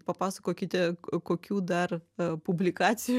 papasakokite kokių dar a publikacijų